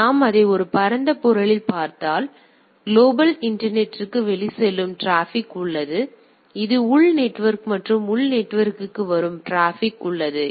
எனவே நாம் அதை ஒரு பரந்த பொருளில் பார்த்தால் எனவே குளோபல் இன்டர்நெட்ற்கு வெளிச்செல்லும் டிராபிக் உள்ளது நேரம் 1917 ஐப் பார்க்கவும் இது எனது உள் நெட்வொர்க் மற்றும் உள் நெட்வொர்க்கிற்கு வரும் டிராபிக் உள்ளது